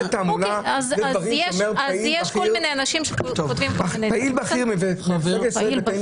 אז יש כל מיני אנשים שכותבים --- זאת תעמולה --- חבר הכנסת מקלב,